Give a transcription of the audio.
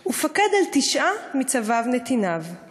/ ופקד על תשעה מצביו נתיניו /